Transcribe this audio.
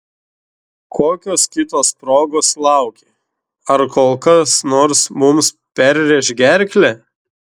kokios kitos progos lauki ar kol kas nors mums perrėš gerklę